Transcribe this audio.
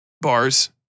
bars